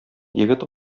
егет